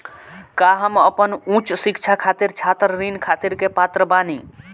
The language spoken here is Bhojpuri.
का हम अपन उच्च शिक्षा खातिर छात्र ऋण खातिर के पात्र बानी?